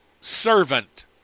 servant